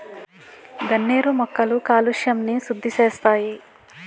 గన్నేరు మొక్కలు కాలుష్యంని సుద్దిసేస్తాయి